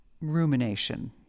rumination